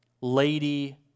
Lady